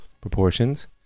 proportions